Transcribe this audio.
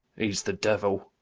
he's the devil.